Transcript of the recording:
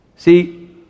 See